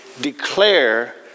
declare